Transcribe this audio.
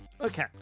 Okay